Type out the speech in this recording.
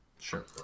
Sure